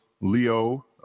Leo